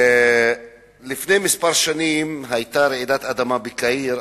לפני כמה שנים היתה רעידת אדמה בקהיר,